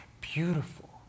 beautiful